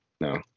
No